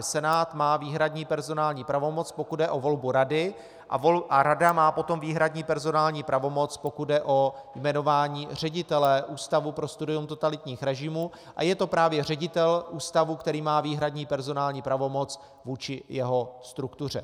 Senát tedy má výhradní personální pravomoc, pokud jde o volbu rady, a rada má potom výhradní personální pravomoc, pokud jde o jmenování ředitele Ústavu pro studium totalitních režimů, a je to právě ředitel ústavu, který má výhradní personální pravomoc vůči jeho struktuře.